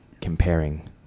comparing